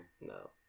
No